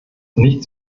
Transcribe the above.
nichts